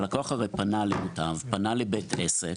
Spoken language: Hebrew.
הלקוח הרי פנה לבית העסק,